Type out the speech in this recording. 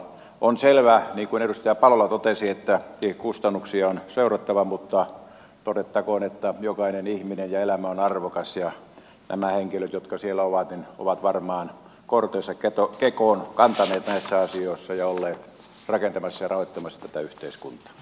on selvää niin kuin edustaja palola totesi että kustannuksia on seurattava mutta todettakoon että jokainen ihminen ja elämä on arvokas ja nämä henkilöt jotka siellä ovat ovat varmaan kortensa kekoon kantaneet näissä asioissa ja olleet rakentamassa ja rahoittamassa tätä yhteiskuntaa